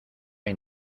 hay